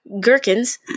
gherkins